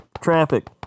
Traffic